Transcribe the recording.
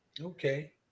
okay